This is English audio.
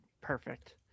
Perfect